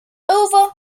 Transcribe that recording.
over